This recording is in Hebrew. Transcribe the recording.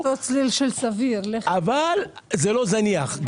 אבל זה לא זניח?